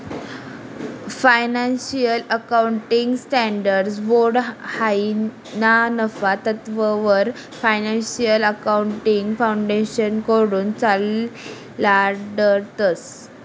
financial accounting standards board हायी ना नफा तत्ववर फायनान्शियल अकाउंटिंग फाउंडेशनकडथून चालाडतंस